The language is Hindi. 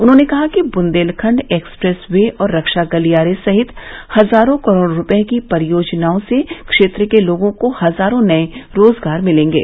उन्होंने कहा कि बुंदलेखंड एक्सप्रेस वे और रक्षा गलियारे सहित हजारों करोड रुपये की परियोजनाओं से क्षेत्र के लोगों को हजारों नए रोजगार मिलेंगे